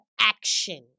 action